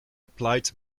applied